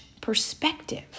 perspective